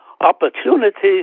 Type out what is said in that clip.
Opportunities